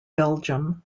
belgium